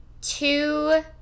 two